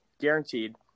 guaranteed